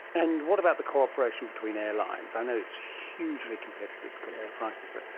and what about the cooperation between airlines? i know it's hugely competitive because the prices are.